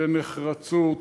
בנחרצות,